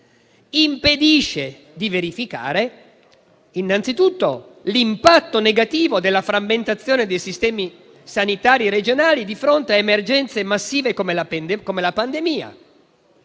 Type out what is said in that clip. impedisce di verificare innanzitutto l'impatto negativo della frammentazione dei sistemi sanitari regionali di fronte a emergenze massive come la pandemia;